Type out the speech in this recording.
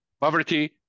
poverty